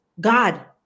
God